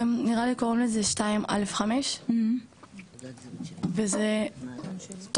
נראה לי קוראים לזה 2א'5 וזה טופס,